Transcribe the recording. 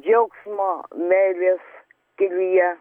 džiaugsmo meilės kelyje